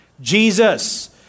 jesus